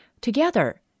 Together